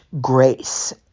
grace